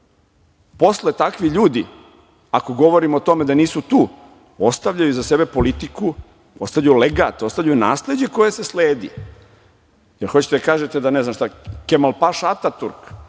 posle takvi ljudi, ako govorimo o tome da nisu tu, ostavljaju iza sebe politiku, ostavljaju legat, ostavljaju nasleđe koje se sledi. Da li hoćete da kažete da Kemal Paša Ataturk,